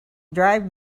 drive